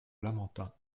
lamentin